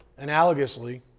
analogously